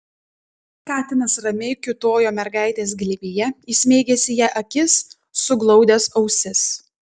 katinas ramiai kiūtojo mergaitės glėbyje įsmeigęs į ją akis suglaudęs ausis